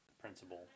principle